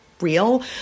real